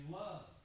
love